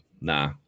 nah